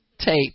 tape